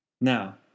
Now